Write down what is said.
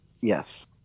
Yes